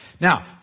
Now